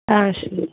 சரி